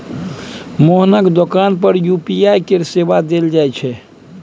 मोहनक दोकान पर यू.पी.आई केर सेवा देल जाइत छै